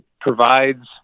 provides